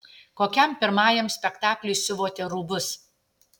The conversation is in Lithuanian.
kokiam pirmajam spektakliui siuvote rūbus